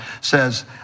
says